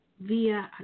Via